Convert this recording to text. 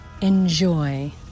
Enjoy